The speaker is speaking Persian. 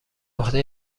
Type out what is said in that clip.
عهده